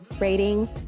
rating